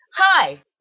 Hi